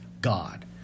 God